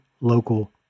local